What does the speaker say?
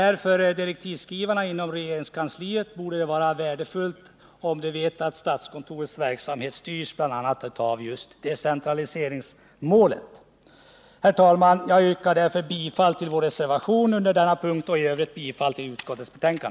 Även för direktivskrivarna inom regeringskansliet borde det vara värdefullt om de vet att statskontorets verksamhet styrs bl.a. av ett decentraliseringsmål. Herr talman! Jag yrkar med anledning av det anförda bifall till vår reservation under denna punkt och i övrigt bifall till utskottets hemställan.